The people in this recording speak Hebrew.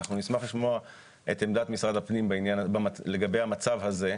אנחנו נשמח לשמוע את עמדת משרד הפנים לגבי המצב הזה,